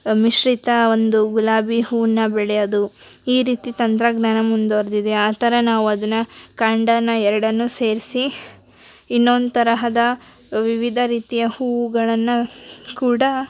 ಮಿಶ್ರಿತ ಒಂದು ಗುಲಾಬಿ ಹೂನ ಬೆಳೆಯೋದು ಈ ರೀತಿ ತಂತ್ರಜ್ಞಾನ ಮುಂದುವರ್ದಿದೆ ಆ ಥರ ನಾವು ಅದನ್ನ ಕಾಂಡನ ಎರಡನ್ನು ಸೇರಿಸಿ ಇನ್ನೊಂದು ತರಹದ ವಿವಿಧ ರೀತಿಯ ಹೂಗಳನ್ನು ಕೂಡ